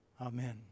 Amen